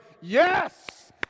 yes